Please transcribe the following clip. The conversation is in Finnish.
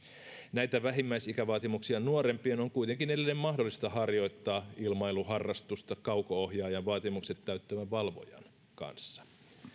näitä vähimmäisikävaatimuksia nuorempien on kuitenkin edelleen mahdollista harjoittaa ilmailuharrastusta kauko ohjaajan vaatimukset täyttävän valvojan kanssa